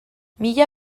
mila